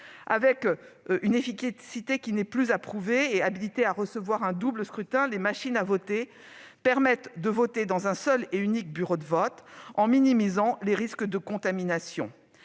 Avec une efficacité qui n'est plus à prouver et habilitées à recevoir un double scrutin, les machines à voter permettent de voter dans un seul et unique bureau, en minimisant les risques de contamination.